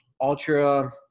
ultra